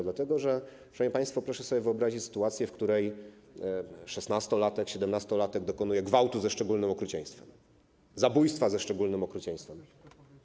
Dlatego że, szanowni państwo, proszę sobie wyobrazić sytuację, w której szesnastolatek, siedemnastolatek dokonuje gwałtu ze szczególnym okrucieństwem, zabójstwa ze szczególnym okrucieństwem.